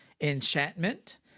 enchantment